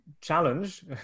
challenge